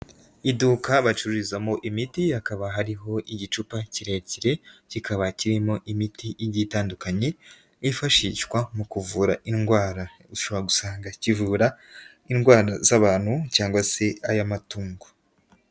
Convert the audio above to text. Iduka bacururiza mu imiti, hakaba hariho igicupa kirekire, kikaba kirimo imiti igitandukanye yifashishwa mu kuvura indwara, ushobora gusanga kivura indwara z'abantu cyangwa se az'amatungo.